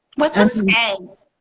what's a skga?